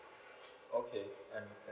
okay understand